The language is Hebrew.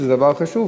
והם דבר חשוב.